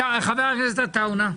חבר הכנסת עטאונה.